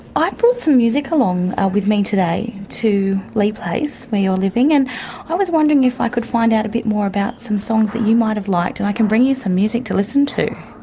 i've brought some music along with me today to leigh place where you are living, and i was wondering if i could find out a bit more about some songs that you might have liked, and i can bring you some music to listen to.